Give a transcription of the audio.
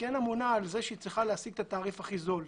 ועל כך שהיא צריכה להשיג את התעריף הכי זול.